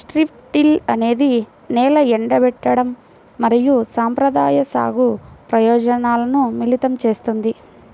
strip till అనేది నేల ఎండబెట్టడం మరియు సంప్రదాయ సాగు ప్రయోజనాలను మిళితం చేస్తుంది